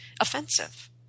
offensive